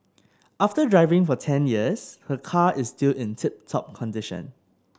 after driving for ten years her car is still in tip top condition